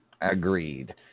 agreed